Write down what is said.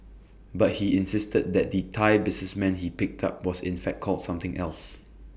but he insisted that the Thai businessman he picked up was in fact called something else